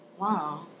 Wow